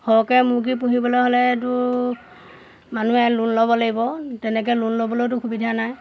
সৰহকৈ মুৰ্গী পুহিবলৈ হ'লেতো মানুহে লোন ল'ব লাগিব তেনেকৈ লোন ল'বলৈতো সুবিধা নাই